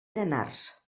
llanars